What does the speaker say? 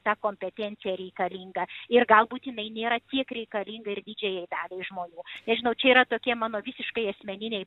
ta kompetencija reikalinga ir galbūt jinai nėra tiek reikalinga ir didžiajai daliai žmonių nežinau čia yra tokie mano visiškai asmeniniai